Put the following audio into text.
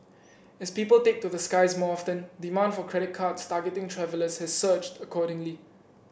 as people take to the skies more often demand for credit cards targeting travellers has surged accordingly